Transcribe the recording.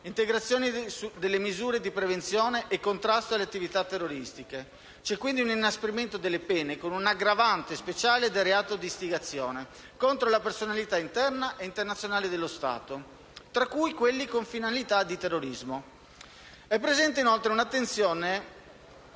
integrazioni delle misure di prevenzione e contrasto alle attività terroristiche. C'è quindi un inasprimento delle pene con un aggravante speciale del reato di istigazione contro la personalità interna e internazionale dello Stato (tra cui quelli con finalità di terrorismo). È presente inoltre un'attenzione